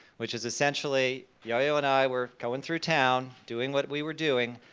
which is essentially, yo-yo and i were going through town doing what we were doing,